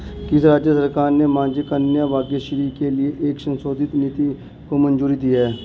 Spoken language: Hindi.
किस राज्य सरकार ने माझी कन्या भाग्यश्री के लिए एक संशोधित नीति को मंजूरी दी है?